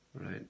right